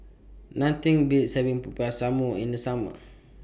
Nothing Beats having Popiah Sayur in The Summer